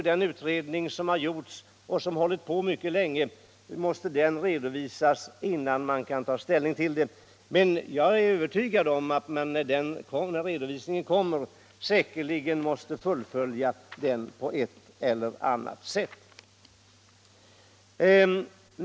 Den utredning som har arbetat mycket länge måste redovisa sitt arbete innan ställning kan tas. Jag är övertygad om att man, när den redovisningen kommer, måste fullfölja den på ett eller annat sätt.